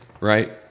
right